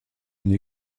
une